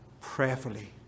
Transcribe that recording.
prayerfully